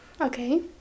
Okay